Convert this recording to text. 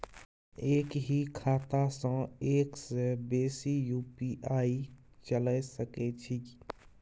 एक ही खाता सं एक से बेसी यु.पी.आई चलय सके छि?